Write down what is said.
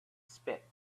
spit